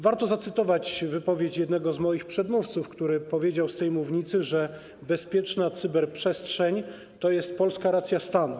Warto zacytować wypowiedź jednego z moich przedmówców, który powiedział z tej mównicy, że bezpieczna cyberprzestrzeń to jest polska racja stanu.